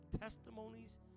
testimonies